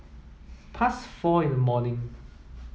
past four in the morning